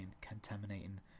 contaminating